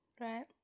Right